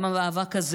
גם המאבק הזה